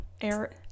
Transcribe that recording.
air